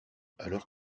alors